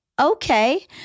Okay